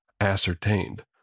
ascertained